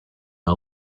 all